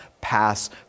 pass